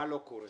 מה לא קורה